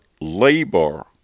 labor